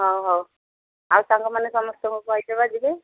ହଉ ହଉ ଆଉ ସାଙ୍ଗମାନେ ସମସ୍ତଙ୍କୁ କହିଦେବା ଯିବେ